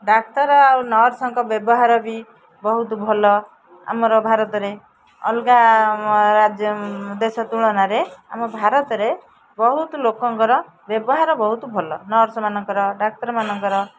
ଡାକ୍ତର ଆଉ ନର୍ସଙ୍କ ବ୍ୟବହାର ବି ବହୁତ ଭଲ ଆମର ଭାରତରେ ଅଲଗା ରାଜ୍ୟ ଦେଶ ତୁଳନାରେ ଆମ ଭାରତରେ ବହୁତ ଲୋକଙ୍କର ବ୍ୟବହାର ବହୁତ ଭଲ ନର୍ସମାନଙ୍କର ଡାକ୍ତରମାନଙ୍କର